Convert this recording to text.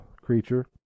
creature